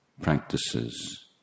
practices